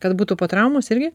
kad būtų po traumos irgi